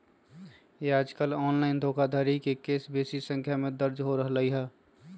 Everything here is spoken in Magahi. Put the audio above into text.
याजकाल ऑनलाइन धोखाधड़ी के केस बेशी संख्या में दर्ज हो रहल हइ